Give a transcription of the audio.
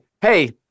hey